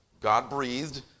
God-breathed